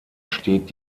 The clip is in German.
steht